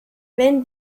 wenn